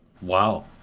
Wow